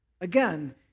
Again